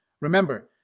Remember